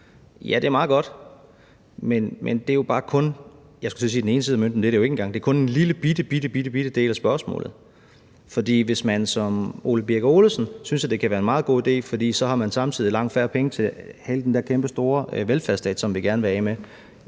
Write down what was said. er det jo ikke engang, det er kun en lillebitte del af spørgsmålet. For hvis man som Ole Birk Olesen synes, at det kan være en meget god idé, fordi man så samtidig har langt færre penge til hele den der kæmpestore velfærdsstat, som man gerne vil af med,